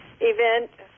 event